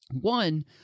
One